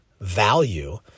value